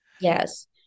yes